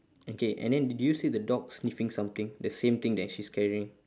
okay and then did you see the dog sniffing something the same thing that she is carrying